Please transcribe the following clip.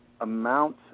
amount